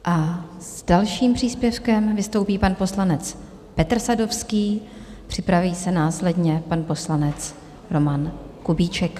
A s dalším příspěvkem vystoupí pan poslanec Petr Sadovský, připraví se následně pan poslanec Roman Kubíček.